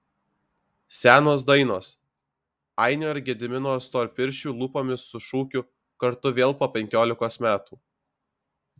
senos dainos ainio ir gedimino storpirščių lūpomis su šūkiu kartu vėl po penkiolikos metų